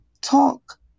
talk